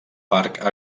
parc